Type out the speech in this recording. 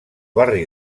barri